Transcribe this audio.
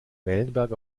wellenberg